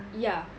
ya